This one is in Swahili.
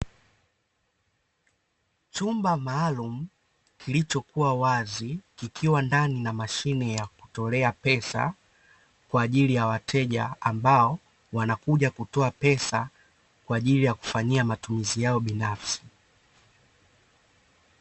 Chumba maalumu kilichokuwa wazi, kikiwa ndani na mashine ya kutolea pesa, kwaajili ya wateja ambao wanakuja kutoa pesa kwaajili ya kufanyia matumizi yao binafsi.